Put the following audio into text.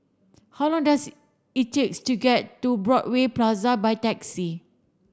how long does it take to get to Broadway Plaza by taxi